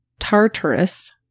Tartarus